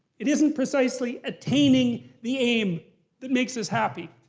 it isn't precisely attaining the aim that makes us happy.